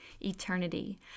eternity